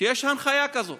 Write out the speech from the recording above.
שיש הנחיה כזאת